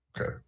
Okay